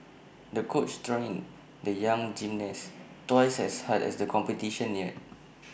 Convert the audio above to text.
the coach turn in the young gymnast twice as hard as the competition neared